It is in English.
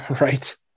Right